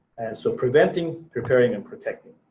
so preventing, preparing, and protecting.